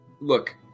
look